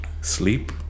sleep